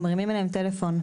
אנחנו מרימים אליהם טלפון.